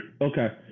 okay